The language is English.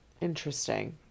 interesting